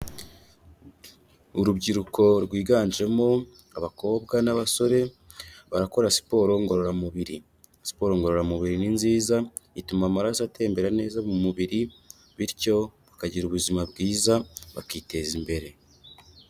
Urubyiruko rwiganjemo abakobwa n'abasore, barakora siporo ngororamubiri. Siporo ngororamubiri ni nziza, ituma amaraso atembera neza mu mubiri, bityo bakagira ubuzima bwiza bakiteza imbere.